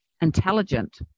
intelligent